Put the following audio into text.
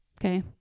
okay